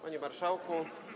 Panie Marszałku!